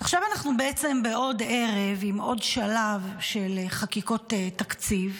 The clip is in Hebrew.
עכשיו אנחנו בעוד ערב עם עוד שלב של חקיקות תקציב.